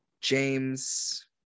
James